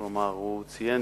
כלומר הוא ציין